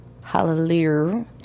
Hallelujah